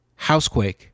housequake